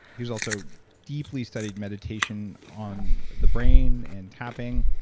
he was also deeply studied meditation on the brain and tapping,